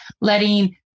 letting